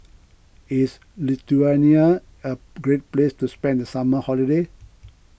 is Lithuania a great place to spend the summer holiday